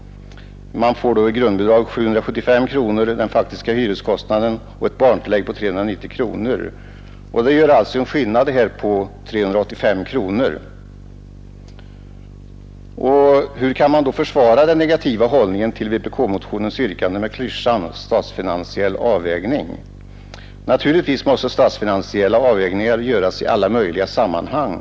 Beloppet fördelas på grundbidrag 775 kronor och barntillägg 390 kronor, vartill alltså även i det fallet kommer den faktiska hyreskostnaden. Skillnaden är 385 kronor. Hur kan utskottet försvara den negativa hållningen till vpk-motionens yrkanden med klyschan ”statsfinansiell avvägning”? Naturligtvis måste statsfinansiella avvägningar göras i alla möjliga sammanhang.